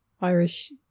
Irish